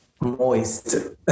moist